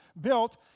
built